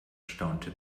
staunte